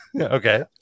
Okay